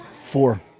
Four